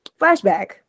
flashback